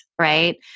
right